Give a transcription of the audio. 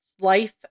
life